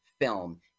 film